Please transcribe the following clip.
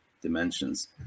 dimensions